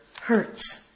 hurts